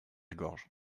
gorge